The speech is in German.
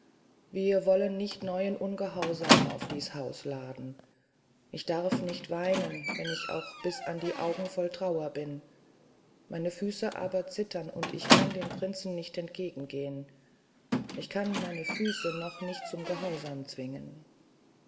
wir wollen nicht neuen ungehorsam auf dies haus laden ich darf nicht weinen wenn ich auch bis an die augen voll trauer bin meine füße aber zittern und ich kann dem prinzen nicht entgegen gehen ich kann meine füße noch nicht zum gehorsam zwingen